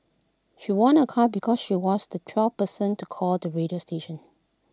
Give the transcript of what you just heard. she won A car because she was the twelfth person to call the radio station